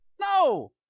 No